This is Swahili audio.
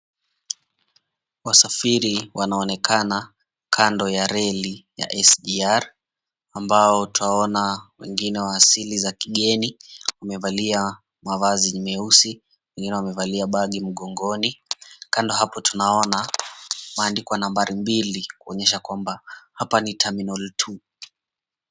Wasafiri wanaonekana kando ya reli ya SGR ambao twawaona wengine wa asili za kigeni wamevalia mavazi meusi, wengine wamevalia bagi mgongoni. Kando hapo tunaona kumeeandikwa nambari mbili kuonyesha mwamba apa ni, Terminal 2.